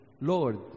Lord